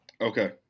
Okay